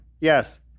yes